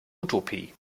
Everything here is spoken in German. utopie